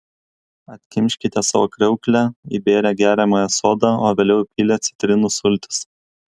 atkimškite savo kriauklę įbėrę geriamąją soda o vėliau įpylę citrinų sultis